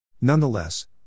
Nonetheless